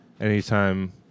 anytime